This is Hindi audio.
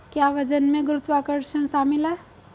क्या वजन में गुरुत्वाकर्षण शामिल है?